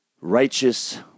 righteous